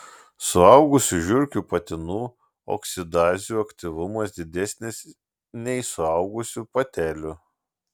suaugusių žiurkių patinų oksidazių aktyvumas didesnis nei suaugusių patelių